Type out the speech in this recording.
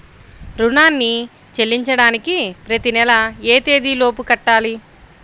రుణాన్ని చెల్లించడానికి ప్రతి నెల ఏ తేదీ లోపు కట్టాలి?